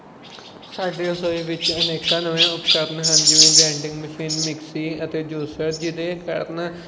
ਸਾਡੇ ਰਸੋਈ ਵਿੱਚ ਅਨੇਕਾਂ ਨਵੇਂ ਉਪਕਰਨ ਹਨ ਜਿਵੇਂ ਗਰੈਂਡਿੰਗ ਮਸ਼ੀਨ ਮਿਕਸੀ ਅਤੇ ਜੂਸਰ ਜਿਹਦੇ ਕਾਰਨ